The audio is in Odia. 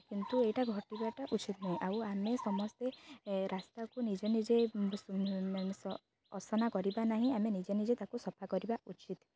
କିନ୍ତୁ ଏଇଟା ଘଟିବାଟା ଉଚିତ୍ ନୁହେଁ ଆଉ ଆମେ ସମସ୍ତେ ରାସ୍ତାକୁ ନିଜେ ନିଜେ ଅସନା କରିବା ନାହିଁ ଆମେ ନିଜେ ନିଜେ ତାକୁ ସଫା କରିବା ଉଚିତ୍